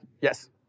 Yes